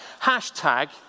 Hashtag